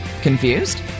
Confused